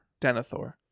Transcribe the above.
Denethor